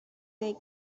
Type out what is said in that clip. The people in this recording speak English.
they